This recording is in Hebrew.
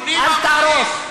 אל תהרוס.